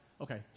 Okay